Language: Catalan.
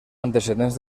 antecedents